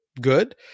good